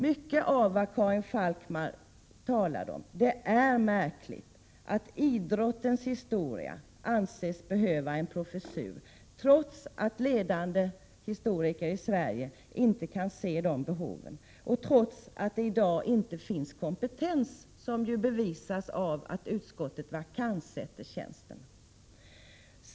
Mycket av det som Karin Falkmer talade om är märkligt, bl.a. att idrottens historia anses behöva en professur, trots att ledande historiker i Sverige inte kan se dessa behov och trots att det i dag inte finns någon kompetens, vilket bevisas genom att utskottet vakantsätter tjänsten.